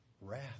Wrath